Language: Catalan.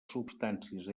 substàncies